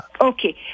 Okay